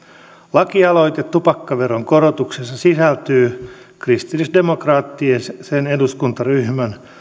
laki aloite tupakkaveron korotuksesta sisältyy kristillisdemokraattisen eduskuntaryhmän